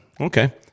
Okay